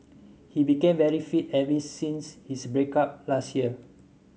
he became very fit ever since his break up last year